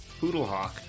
Poodlehawk